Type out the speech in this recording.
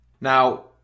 Now